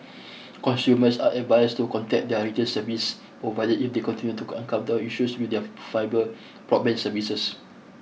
consumers are advised to contact their retail service providers if they continue to encounter issues with their fibre broadband services